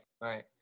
Right